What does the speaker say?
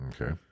Okay